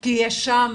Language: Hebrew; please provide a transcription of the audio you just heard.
כי יש שם